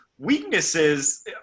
Weaknesses